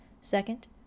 Second